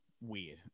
weird